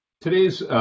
Today's